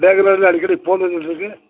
பேங்குலிர்ந்து அடிக்கடி ஃபோன் வந்துகிட்ருக்கு